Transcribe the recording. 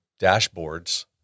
dashboards